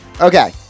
okay